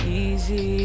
easy